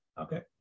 okay